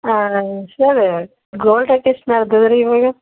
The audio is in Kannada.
ಹಾಂ ನಂಗೆ ಸರ್ ಗೋಲ್ಡ್ ರೇಟ್ ಎಷ್ಟು ನಡ್ದದೆ ರಿ ಇವಾಗ